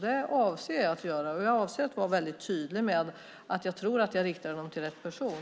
Det avser jag att göra, och jag avser att vara väldigt tydlig med att jag tror att jag riktar dem till rätt person.